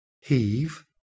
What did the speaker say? heave